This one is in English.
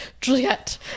Juliet